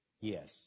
Yes